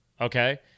Okay